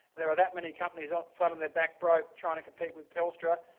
there are that many companies ah flat on their back broke trying to compete with telstra.